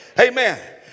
Amen